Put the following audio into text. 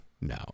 no